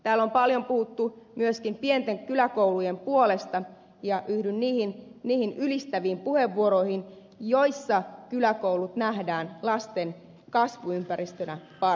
täällä on paljon puhuttu myöskin pienten kyläkoulujen puolesta ja yhdyn niihin ylistäviin puheenvuoroihin joissa kyläkoulut nähdään lasten kasvuympäristönä parhaaksi